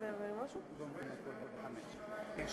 כאשר אמר שהעולם כולו ישוחרר על-ידי שחרורכם,